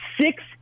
six